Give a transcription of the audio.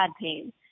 pain